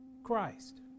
Christ